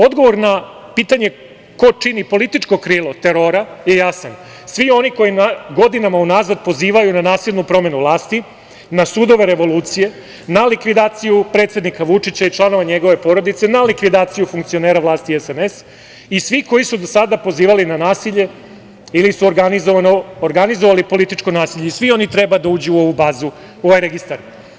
Odgovor na pitanje ko čini političko krilo terora je jasan, svi oni koji godinama unazad pozivaju na nasilnu promenu vlasti, na sudove revolucije, na likvidaciju predsednika Vučića i članove njegove porodice, na likvidaciju funkcionera vlasti SNS i svi koji su do sada pozivali na nasilje ili su organizovali političko nasilje svi oni treba da uđu u ovu bazu, u ovaj registar.